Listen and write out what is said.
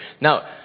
Now